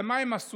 אז מה עשו?